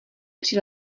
při